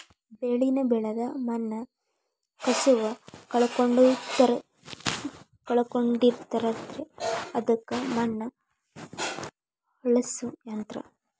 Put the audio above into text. ಬೆಳಿನ ಬೆಳದ ಮಣ್ಣ ಕಸುವ ಕಳಕೊಳಡಿರತತಿ ಅದಕ್ಕ ಮಣ್ಣ ಹೊಳ್ಳಸು ಯಂತ್ರ